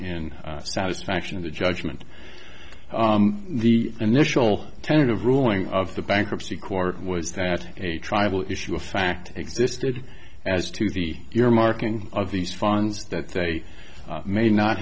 and satisfaction in the judgment the initial tentative ruling of the bankruptcy court was that a tribal issue of fact existed as to the your marking of these funds that they may not